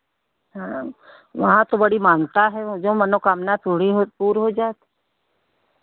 हाँ वहाँ तो बड़ी मान्यता है वो जो मनोकामना पूरी हो पूर हो जाए